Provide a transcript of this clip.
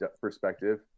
perspective